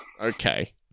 Okay